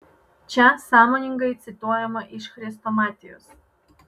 čia sąmoningai cituojama iš chrestomatijos